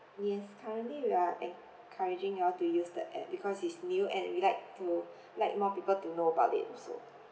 yes currently we are encouraging you all to use the app because it's new and we'd like to let more people to know about it also